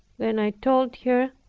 then i told her,